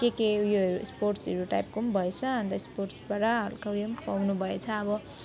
के के उयोहरू स्पोट्सहरू टाइप्सको पनि भएछ अन्त स्पोट्सबाट पनि हल्का उयो पनि खुवाउनु भएछ अब